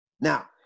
Now